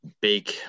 big